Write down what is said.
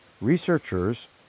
researchers